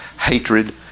Hatred